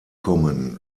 kommen